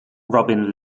robin